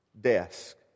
desk